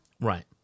right